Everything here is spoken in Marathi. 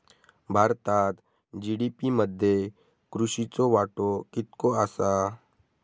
भारतात जी.डी.पी मध्ये कृषीचो वाटो कितको आसा?